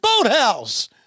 boathouse